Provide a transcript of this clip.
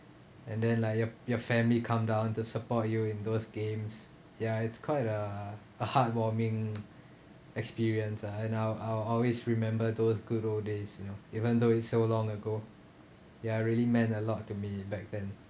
and then like your your family come down to support you in those games ya it's quite a a heartwarming experience ah and I'll I'll always remember those good old days you know even though it's so long ago ya really meant a lot to me back then